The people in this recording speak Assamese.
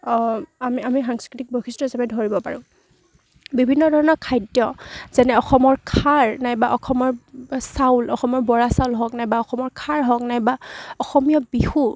আমি আমি সাংস্কৃতিক বৈশিষ্ট্য হিচাপে ধৰিব পাৰোঁ বিভিন্ন ধৰণৰ খাদ্য যেনে অসমৰ খাৰ নাইবা অসমৰ চাউল অসমৰ বৰা চাউল হওক নাইবা অসমৰ খাৰ হওক নাইবা অসমীয়া বিহু